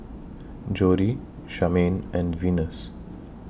Jodie Charmaine and Venus